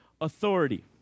authority